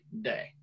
day